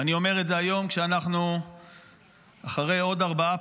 ואני אומר את זה היום כשאנחנו אחרי עוד ארבעה